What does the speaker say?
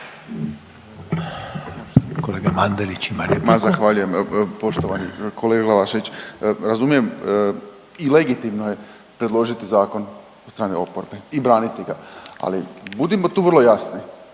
Marin (HDZ)** Ma zahvaljujem. Poštovani kolega Glavašević, razumijem i legitimno je predložiti zakon od strane oporbe i braniti ga, ali budimo tu vrlo jasni.